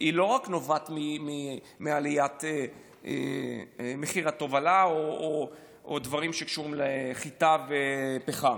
לא נובעת רק ממחיר התובלה או דברים שקשורים לחיטה ולפחם,